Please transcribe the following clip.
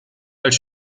als